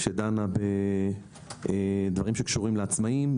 שדנה בדברים שקשורים לעצמאיים,